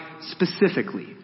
specifically